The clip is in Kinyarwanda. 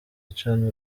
acana